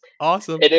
Awesome